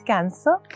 Cancer